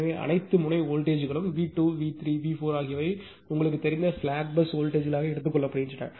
எனவே அனைத்து முனை வோல்டேஜ்ங்களும் V2 V3 V4 ஆகியவை உங்களுக்குத் தெரிந்த ஸ்லேக் பஸ் வோல்டேஜ்மாக எடுத்துக் கொள்ளப்படுகின்றன